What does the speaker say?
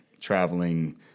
Traveling